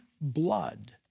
blood